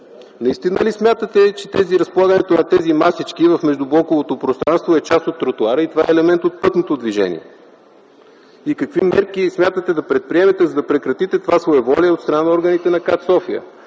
Наистина ли смятате, че разполагането на тези масички в междублоковото пространство е част от тротоара и това е елемент от пътното движение? Какви мерки смятате да предприемете, за да прекратите това своеволие от страна на органите на КАТ-София?